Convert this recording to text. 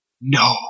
No